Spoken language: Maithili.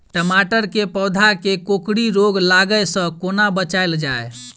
टमाटर केँ पौधा केँ कोकरी रोग लागै सऽ कोना बचाएल जाएँ?